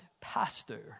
pastor